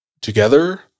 together